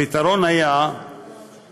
הפתרון היה לווסת,